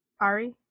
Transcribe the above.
Ari